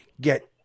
get